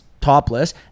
topless